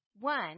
One